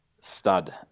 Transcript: Stud